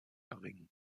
erringen